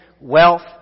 wealth